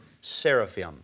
seraphim